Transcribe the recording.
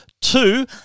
Two